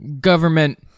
government